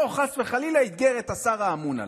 או חס וחלילה אתגר את השר האמון עליו.